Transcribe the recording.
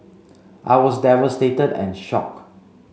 I was devastated and shocked